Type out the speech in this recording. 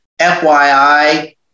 fyi